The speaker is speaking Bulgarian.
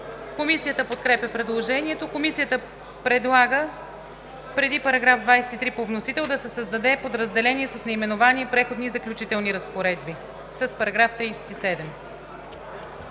Комисията подкрепя предложението. Комисията предлага преди § 23 по вносител да се създаде подразделение с наименование „Преходни и заключителни разпоредби“ с § 37: „§ 37.